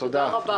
תודה.